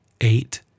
eight